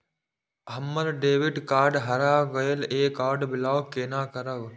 हमर debit card हरा गेल ये कार्ड ब्लॉक केना करब?